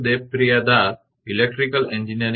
બરાબર